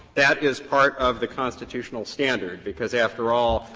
that is part of the constitutional standard because after all,